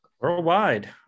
Worldwide